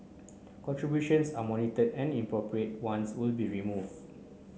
contributions are monitored and inappropriate ones will be removed